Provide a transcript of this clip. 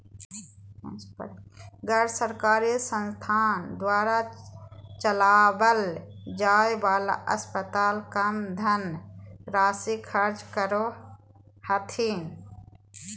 गैर सरकारी संस्थान द्वारा चलावल जाय वाला अस्पताल कम धन राशी खर्च करो हथिन